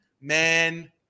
man